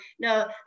no